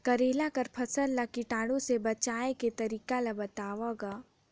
करेला कर फसल ल कीटाणु से बचाय के तरीका ला बताव ग?